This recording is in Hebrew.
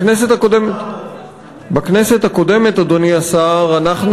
בכנסת הקודמת, אדוני השר, אנחנו